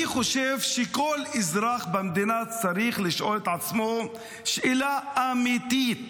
אני חושב שכל אזרח במדינה צריך לשאול את עצמו שאלה אמיתית: